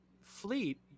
fleet